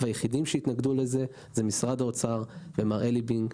היחידים שהתנגדו לזה זה משרד האוצר ומר אלי בינג,